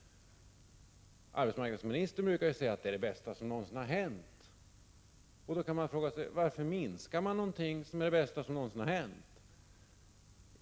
Arbetsmarknadsministern brukar säga att det är det bästa som någonsin har hänt. Då kan man fråga sig: Varför minskar man någonting som är det bästa som någonsin har hänt?